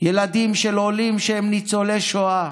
ילדים של עולים שהם ניצולי שואה,